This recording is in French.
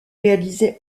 réaliser